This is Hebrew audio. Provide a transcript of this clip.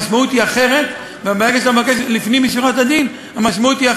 ואת זה אי-אפשר לתת לו.